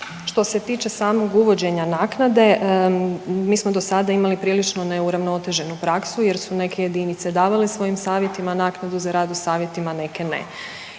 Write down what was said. Što se tiče samog uvođenja naknade, mi smo do sada imali prilično neuravnoteženu praksu jer su neke jedinice davale svojim savjetima naknadu za rad u savjetima, a neke ne